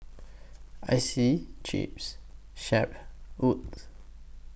Icey Chips Shep Wood